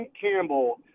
Campbell